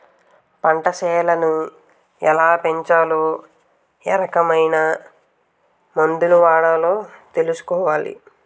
పంటసేలని ఎలాపెంచాలో ఏరకమైన మందులు వాడాలో తెలుసుకోవాలి